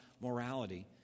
morality